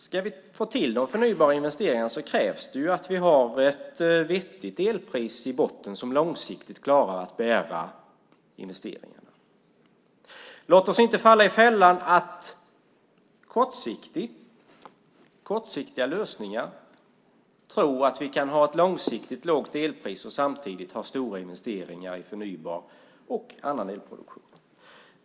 Ska vi få till investeringar i förnybar energi krävs det att vi har ett vettigt elpris i botten som långsiktigt klarar att bära investeringen. Låt oss inte falla i fällan att tro att vi med kortsiktiga lösningar kan ha ett långsiktigt lågt elpris och samtidigt ha stora investeringar i förnybar och annan elproduktion.